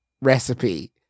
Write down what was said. recipe